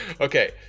okay